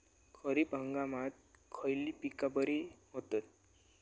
खरीप हंगामात खयली पीका बरी होतत?